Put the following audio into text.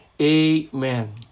Amen